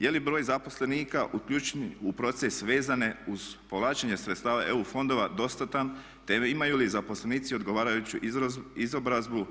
Je li broj zaposlenika uključenih u proces vezane uz povlačenje sredstava EU fondova dostatan te imaju li zaposlenici odgovarajuću izobrazbu?